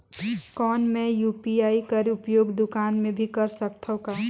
कौन मै यू.पी.आई कर उपयोग दुकान मे भी कर सकथव का?